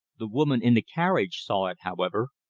the woman in the carriage saw it, however.